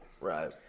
right